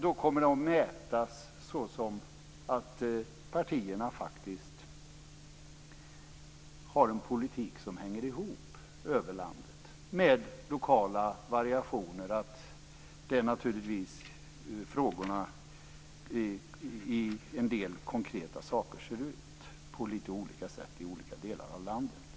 Det kommer att mätas som att partierna har en politik som hänger ihop över landet med lokala variationer i att inställningen till en del konkreta frågor ser lite olika ut i olika delar av landet.